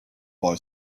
boy